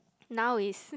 now is